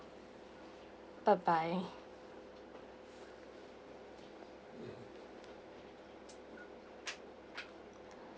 bye bye